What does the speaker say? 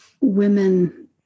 women